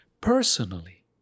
personally